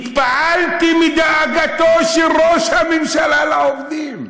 התפעלתי מדאגתו של ראש הממשלה לעובדים.